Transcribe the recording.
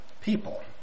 people